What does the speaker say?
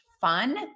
fun